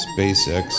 SpaceX